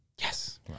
yes